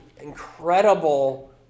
incredible